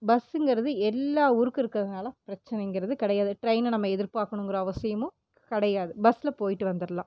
பஸ்ஸுசுங்கிறது எல்லா ஊருக்கும் இருக்கிறதுனால பிரச்சினைங்குறது கிடயாது ட்ரெயினை நம்ம எதிர்பார்க்கணும்ங்குற அவசியமும் கிடயாது பஸ்சில் போய்விட்டு வந்துடலாம்